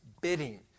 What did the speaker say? bidding